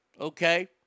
okay